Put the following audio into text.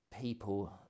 people